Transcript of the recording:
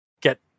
get